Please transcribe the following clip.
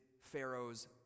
Pharaoh's